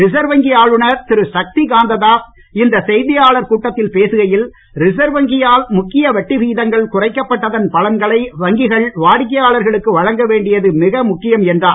reserve வங்கி ஆளுநர் திரு சக்திகாந்த தாஸ் இந்த செய்தியாளர்கள் கூட்டத்தில் பேசுகையில் ரிசர்வ் வங்கியால் முக்கிய வட்டி விகிதங்கள் குறைக்கப்பட்டதன் பலன்களை வங்கிகள் வாடிக்கையாளர்களுக்கு வழங்க வேண்டியது மிக முக்கியம் என்றார்